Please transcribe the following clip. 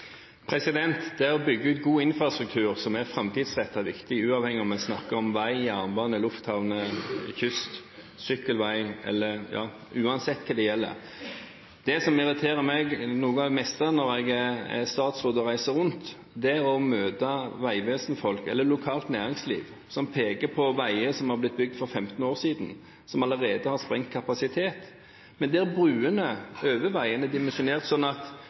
Å bygge ut god infrastruktur som er framtidsrettet, er viktig, uavhengig av om en snakker om vei, jernbane, lufthavn, kyst, sykkelvei – ja, uansett hva det gjelder. Det som irriterer meg mest når jeg som statsråd reiser rundt og møter Vegvesen-folk eller lokalt næringsliv, er når de peker på veier som har blitt bygd for 15 år siden, som allerede har sprengt kapasitet, og der broene over veiene er dimensjonert sånn at